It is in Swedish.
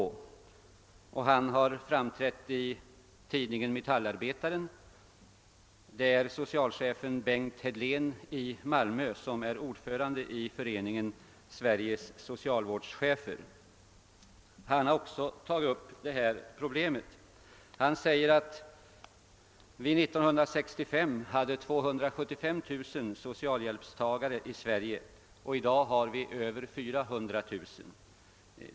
Det är socialvårdschefen Bengt Hedlén i Malmö — ordförande i Föreningen Sveriges socialvårdschefer — som har framträtt i tidningen Metallarbetaren. Han påpekar att vi 1965 hade 275 000 socialhjälpstagare i Sverige och i dag över 400 000.